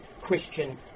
Christian